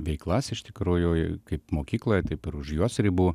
veiklas iš tikrųjų kaip mokykloje taip ir už jos ribų